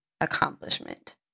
Accomplishment